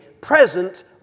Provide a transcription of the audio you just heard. present